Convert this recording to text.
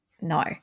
no